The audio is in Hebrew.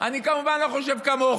אני לא רוצה לעשות את זה מעל